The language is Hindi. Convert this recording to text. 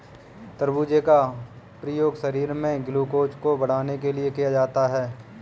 तरबूज का प्रयोग शरीर में ग्लूकोज़ को बढ़ाने के लिए किया जाता है